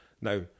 Now